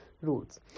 rules